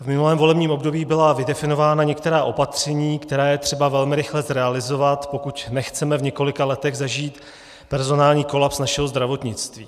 V minulém volebním období byla vydefinována některá opatření, která je třeba velmi rychle zrealizovat, pokud nechceme v několika letech zažít personální kolaps našeho zdravotnictví.